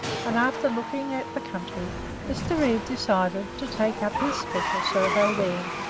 and after looking at the country mr. reeve decided to take up his special survey there.